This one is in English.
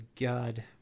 God